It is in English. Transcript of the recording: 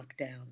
lockdown